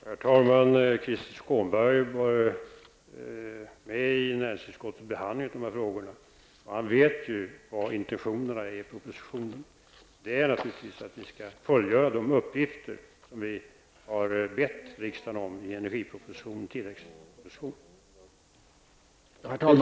Herr talman! Krister Skånberg var med vid näringsutskottets behandling av dessa frågor, och han känner till intentionerna i propositionen. De är naturligtvis att vi skall fullgöra de uppgifter som vi har lagt fram för riksdagen i energipropositionen och tillväxtpropositionen.